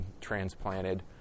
transplanted